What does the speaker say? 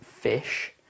fish